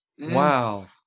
Wow